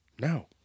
No